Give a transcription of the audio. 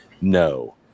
No